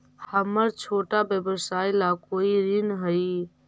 हमर छोटा व्यवसाय ला कोई ऋण हई?